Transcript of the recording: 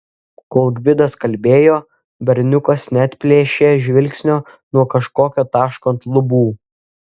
kol gvidas kalbėjo berniukas neatplėšė žvilgsnio nuo kažkokio taško ant lubų